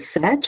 set